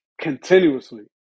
continuously